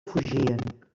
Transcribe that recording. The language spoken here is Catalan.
fugien